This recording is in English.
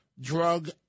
drug